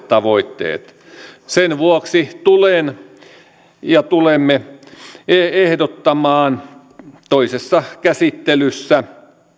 tavoitteet sen vuoksi tulen ja tulemme ehdottamaan toisessa käsittelyssä